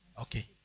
Okay